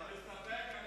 אני מסתפק.